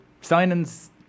signing's